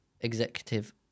executive